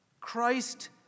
Christ